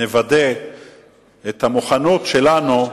נוודא את המוכנות שלנו.